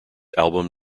album